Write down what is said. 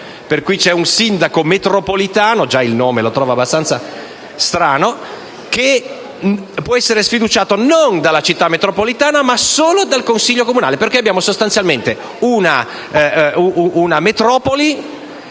per cui c'è un sindaco metropolitano (già il nome è abbastanza strano), che può essere sfiduciato non dalla Città metropolitana ma solo dal Consiglio comunale. Infatti abbiamo sostanzialmente una metropoli